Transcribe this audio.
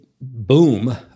boom